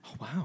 wow